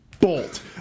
bolt